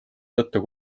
tõttu